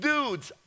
Dudes